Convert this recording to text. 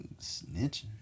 Snitching